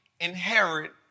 inherit